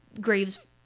graves